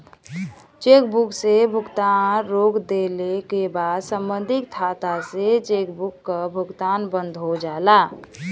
chequebook से भुगतान रोक देले क बाद सम्बंधित खाता से चेकबुक क भुगतान बंद हो जाला